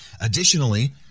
Additionally